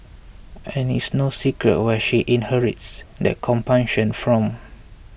and it's no secret where she inherits that compunction from